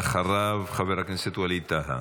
ואחריו, חבר הכנסת ווליד טאהא.